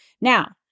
Now